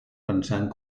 pensant